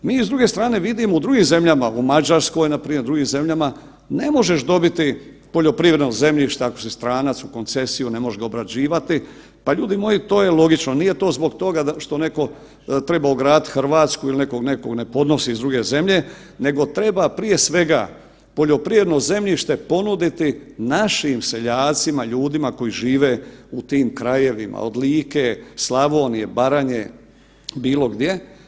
Mi s druge strane vidimo u drugim zemljama u Mađarskoj npr. drugim zemljama ne možeš dobiti poljoprivredno zemljište ako si stranac u koncesiju, ne možeš ga obrađivati, pa ljudi moji to je logično, nije to zbog toga što netko treba ogradit Hrvatsku jer netko nekog ne podnosi iz druge zemlje, nego treba prije svega poljoprivredno zemljište ponuditi našim seljacima, ljudima koji žive u tim krajevima od Like, Slavonije, Baranje, bilo gdje.